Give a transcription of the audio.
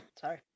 Sorry